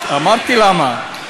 אמרתי למה.